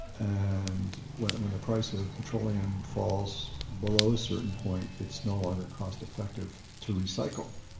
and when when the price of petroleum falls below a certain point, it's no longer cost-effective to recycle.